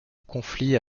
conflit